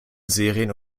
serien